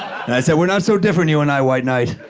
and i said, we're not so different, you and i, white knight.